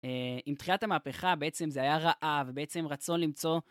עם תחילת המהפכה בעצם זה היה רעב, בעצם רצון למצוא.